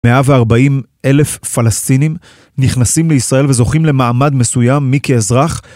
140 אלף פלסטינים נכנסים לישראל וזוכים למעמד מסוים מי כאזרח